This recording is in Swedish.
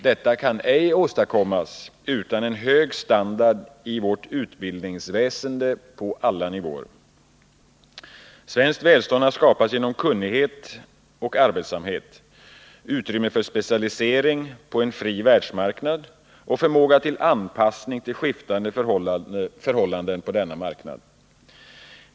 Detta kan ej åstadkommas utan en hög standard i vårt utbildningsväsen på alla nivåer. Svenskt välstånd har skapats genom kunnighet och arbetsamhet, utrymme för specialisering på en fri världsmarknad och förmåga till anpassning till skiftande förhållanden på denna marknad.